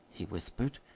he whispered.